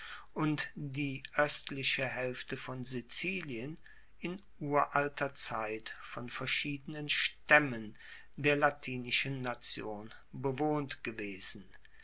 und die oestliche haelfte von sizilien in uralter zeit von verschiedenen staemmen der latinischen nation bewohnt gewesen